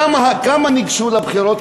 כמה ניגשו לבחירות,